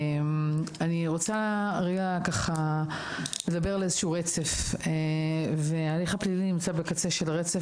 אני רוצה לדבר על איזשהו רצף ועל איך הפלילי נמצא בקצה של הרצף,